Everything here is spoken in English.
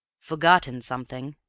forgotten something?